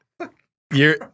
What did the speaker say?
you're-